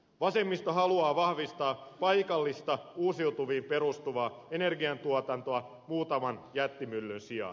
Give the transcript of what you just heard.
vasemmisto haluaa vahvistaa paikallista uusiutuviin perustuvaa energiantuotantoa muutaman jättimyllyn sijaan